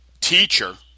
teacher